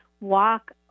walk